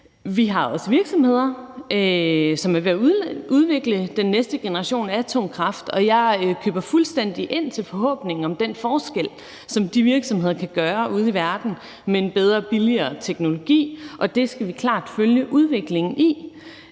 Vi har også virksomheder, som er ved at udvikle den næste generation af atomkraft, og jeg køber fuldstændig ind på forhåbningen om den forskel, som de virksomheder kan gøre ude i verden med en bedre og billigere teknologi. Det skal vi klart følge udviklingen i.